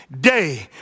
day